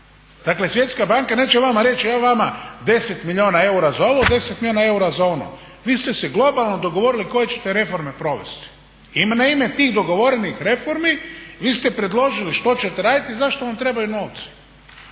Dakle Svjetska banka neće vama reći evo vama 10 milijuna eura za ovo, 10 milijuna eura za ono. Vi ste se globalno dogovorili koje ćete reforme provesti i na ime tih dogovorenih reformi vi ste predložili što ćete raditi i zašto vam trebaju novci.